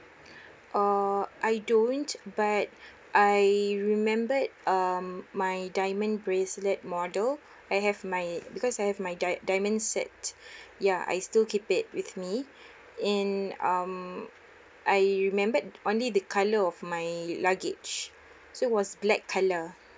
uh I don't but I remember it um my diamond bracelet model I have my because I have my dia~ diamond set ya I still keep it with me in um I remembered only the colour of my luggage so it was black colour